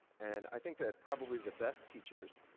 and i think that probably the best teachers,